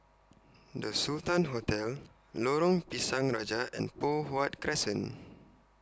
The Sultan Hotel Lorong Pisang Raja and Poh Huat Crescent